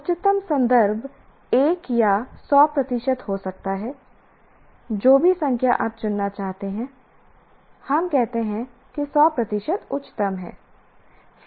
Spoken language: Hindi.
उच्चतम संदर्भ 1 या 100 प्रतिशत हो सकता है जो भी संख्या आप चुनना चाहते हैं हम कहते हैं कि 100 प्रतिशत उच्चतम है